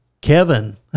Kevin